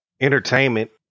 entertainment